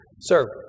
Sir